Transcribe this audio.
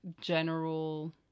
general